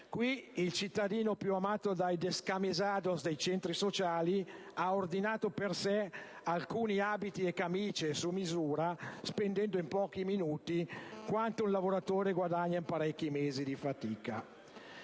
primo cittadino più amato dai *descamisados* dei centri sociali ha ordinato per sé alcuni abiti e camicie su misura, spendendo in pochi minuti quanto un lavoratore guadagna in parecchi mesi di fatica.